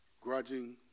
grudging